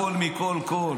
--- לכן,